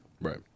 Right